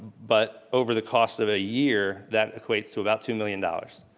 but over the cost of a year that equates to about two million dollars.